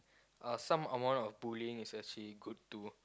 uh some amount of bullying is actually good too